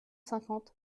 cinquante